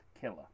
killer